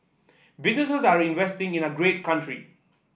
business are investing in our great country